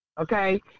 Okay